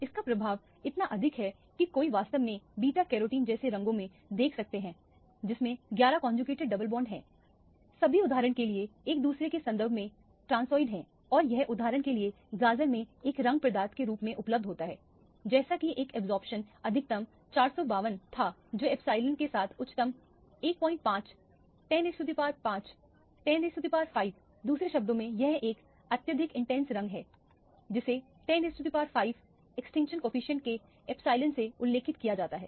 इसका प्रभाव इतना अधिक है कि कोई वास्तव में बीटा कैरोटीन जैसे रंगों में देख सकता है जिसमें 11 कौनजूगेटेड डबल बॉन्ड हैं सभी उदाहरण के लिए एक दूसरे के संबंध में ट्रान्सिडाइड हैं और यह उदाहरण के लिए गाजर में एक रंग पदार्थ के रूप में उपलब्ध होता है जैसा कि एक अब्जॉर्प्शन अधिकतम 452 था जो एप्सिलॉन के साथ उच्चतम 15 10 दूसरे शब्दों में यह एक अत्यधिक इंटेंस रंग है जिसे 10 एक्सटिंक्शन कोफिशिएंट के एप्सिलॉन से उल्लेखित किया जाता है